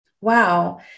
wow